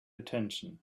attention